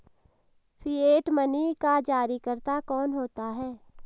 Fiat money का जारीकर्ता कौन होता है?